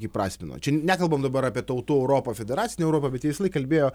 įprasmino čia nekalbam dabar apie tautų europą federacinę europą bet jie visąlaik kalbėjo